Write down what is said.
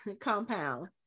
compound